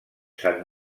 sant